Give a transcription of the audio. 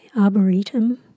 Arboretum